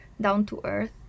down-to-earth